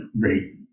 great